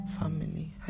family